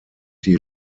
die